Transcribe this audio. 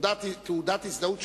תעודת הזדהות,